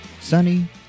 sunny